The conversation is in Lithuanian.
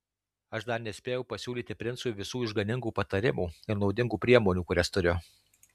aš dar nespėjau pasiūlyti princui visų išganingų patarimų ir naudingų priemonių kurias turiu